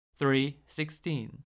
3.16